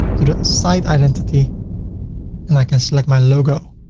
the site identity and i can select my logo.